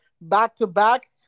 back-to-back